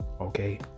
Okay